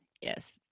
Yes